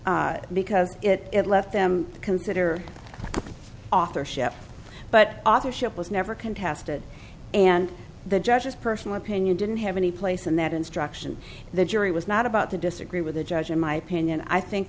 fine because it left them to consider authorship but authorship was never contested and the judges personal opinion didn't have any place in that instruction the jury was not about to disagree with the judge in my opinion i think